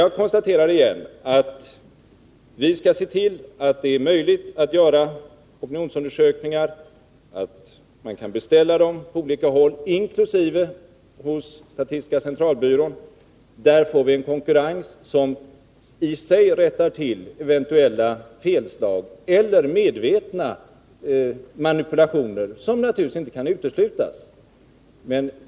Jag konstaterar igen att det skall vara möjligt att göra opinionsundersökningar och att man skall kunna beställa dem på olika håll inkl. hos statistiska centralbyrån. Då får vi en konkurrens som i sig rättar till eventuella felslag eller medvetna manipulationer, som naturligtvis inte kan uteslutas.